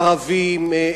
ערבים,